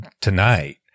tonight